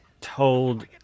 told